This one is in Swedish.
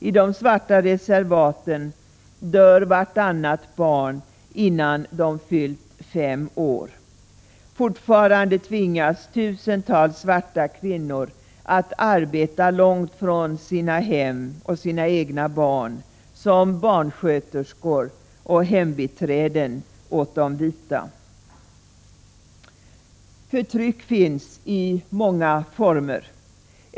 I de svarta reservaten dör vartannat barn innan det fyllt fem år. Fortfarande tvingas tusentals svarta kvinnor arbeta långt från sina hem och sina egna barn — som barnsköterskor och hembiträden åt de vita. Förtryck finns i många former.